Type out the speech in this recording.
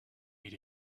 eat